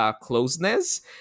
closeness